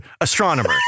astronomer